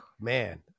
man